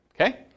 Okay